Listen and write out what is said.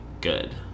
Good